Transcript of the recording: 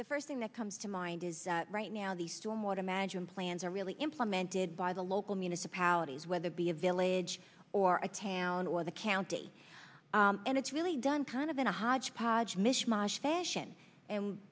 the first thing that comes to mind is right now the storm or imagine plans are really implemented by the local municipalities whether be a village or a town or the county and it's really done kind of in a hodgepodge mishmash fashion and